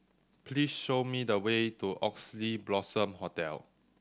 please show me the way to Oxley Blossom Hotel